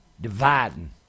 Dividing